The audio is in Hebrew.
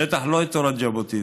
בטח לא את תורת ז'בוטינסקי,